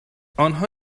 آنها